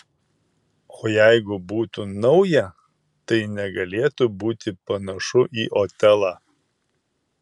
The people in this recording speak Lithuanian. o jeigu būtų nauja tai negalėtų būti panašu į otelą